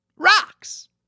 rocks